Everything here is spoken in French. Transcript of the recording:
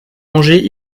manger